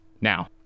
Now